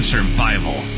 Survival